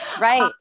Right